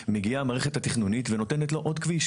מגיעה המערכת התכנונית ונותנת לו עוד כביש.